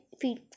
feet